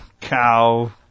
cow